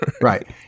Right